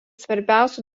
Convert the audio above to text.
svarbiausių